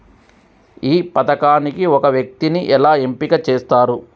ఈ పథకానికి ఒక వ్యక్తిని ఎలా ఎంపిక చేస్తారు?